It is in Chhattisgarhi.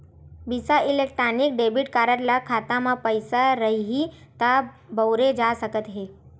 बिसा इलेक्टानिक डेबिट कारड ल खाता म पइसा रइही त बउरे जा सकत हे